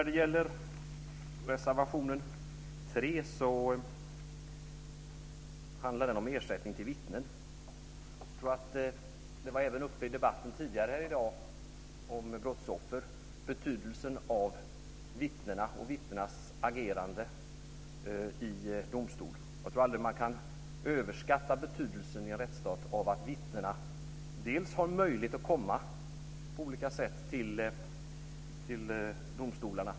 Jag tror att betydelsen av vittnena och deras agerande i domstol även var uppe i debatten om brottsoffer tidigare i dag. Jag tror aldrig att man i en rättsstat kan överskatta betydelsen av att vittnena har möjlighet att på olika sätt komma till domstolarna.